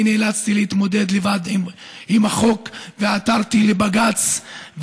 אני נאלצתי להתמודד לבד עם החוק ועתרתי לבג"ץ,